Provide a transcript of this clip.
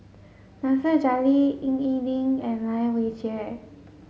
Nasir Jalil Ying E Ding and Lai Weijie